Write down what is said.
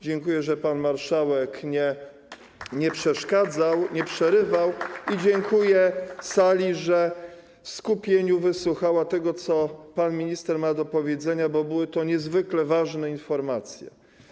Dziękuję, że pan marszałek nie przeszkadzał, nie przerywał i dziękuję sali, że w skupieniu wysłuchała tego, co pan minister miał do powiedzenia, bo były to niezwykle ważne informacje.